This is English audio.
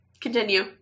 Continue